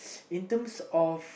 in terms of